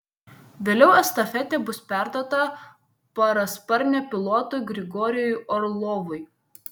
vėliau estafetė bus perduota parasparnio pilotui grigorijui orlovui